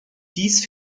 dies